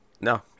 no